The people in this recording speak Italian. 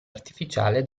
artificiale